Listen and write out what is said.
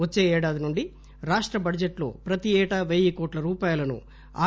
వచ్చే ఏడాది నుండి రాష్ట బడ్లెట్ లో ప్రతి ఏటా పెయ్యి కోట్ల రూపాయలను ఆర్